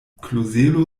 klozelo